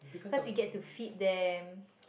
cause we get to feed them